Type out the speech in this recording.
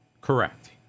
Correct